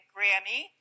Grammy